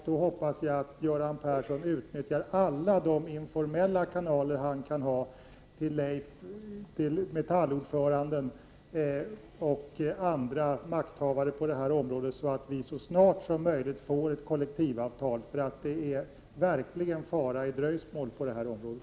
Då hoppas jag att Göran Persson utnyttjar alla de informella kanaler han kan ha till Metallordföranden och andra makthavare på det här området, så att vi så snart som möjligt får ett kollektivavtal. Ett dröjsmål innebär nämligen en fara på detta område.